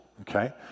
okay